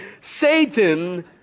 Satan